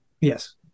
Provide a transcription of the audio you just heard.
Yes